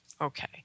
Okay